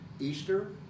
easter